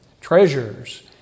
treasures